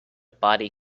body